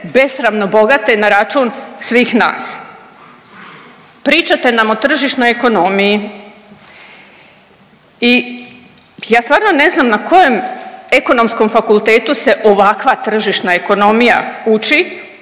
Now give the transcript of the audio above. besramno bogate na račun svih nas. Pričate nam o tržišnoj ekonomiji i ja stvarno ne znam na kojem ekonomskom fakultetu se ovakva tržišna ekonomija uči